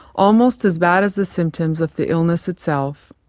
almost as bad as the symptoms of the illness itself.